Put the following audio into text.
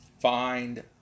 Find